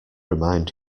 remind